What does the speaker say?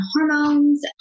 hormones